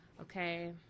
okay